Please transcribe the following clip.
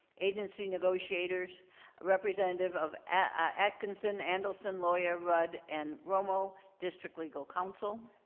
agency negotiators representative of atkinson, andelson, loya, ruud and romo, district legal counsel.